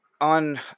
on